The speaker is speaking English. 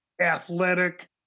athletic